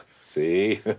See